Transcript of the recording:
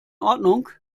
ordnung